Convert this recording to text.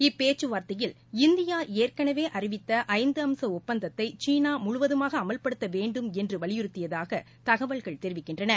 இப்பேச்சுவார்த்தையில் India ஏற்கனவே அறிவித்த இஐந்து அம்ச ஒப்பந்தத்தை சீனா முழுவதுமாக அமல்படுத்த வேண்டும் என்று வலியுறுத்தியதாக தகவல்கள் தெரிவிக்கின்றன